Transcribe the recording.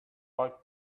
bug